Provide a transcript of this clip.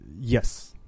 Yes